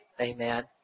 Amen